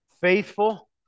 Faithful